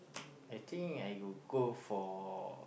I think I will go for